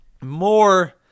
more